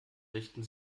richten